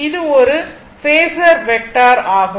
இது ஒரு phasor vector ஆகும்